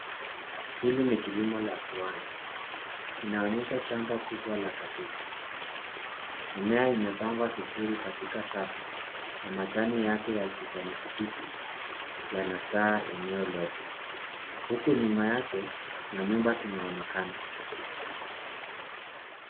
Hili ni kilimo la viwanda. Inaonyesha shamba kubwa la kabeji. Mimea imepangwa vizuri katika safu na majani yake ya kijani kibichi yanasaa eneo lote. Huku nyuma yake, manyumba zinaonekana.